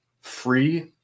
free